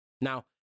Now